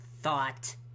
thought